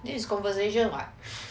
there is conversation [what]